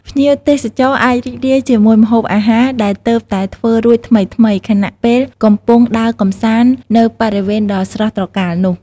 ភ្ញៀវទេសចរអាចរីករាយជាមួយម្ហូបអាហារដែលទើបតែធ្វើរួចថ្មីៗ ខណៈពេលកំពុងដើរកម្សាន្តនៅបរិវេណដ៏ស្រស់ត្រកាលនោះ។